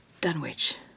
Dunwich